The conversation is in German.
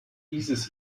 dieses